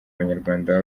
abanyarwanda